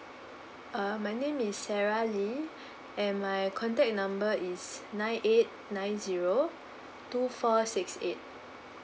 uh my name is sarah lee and my contact number is nine eight nine zero two four six eight